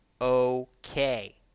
okay